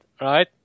Right